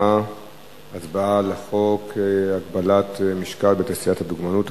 הצבעה על חוק הגבלת משקל בתעשיית הדוגמנות,